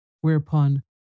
whereupon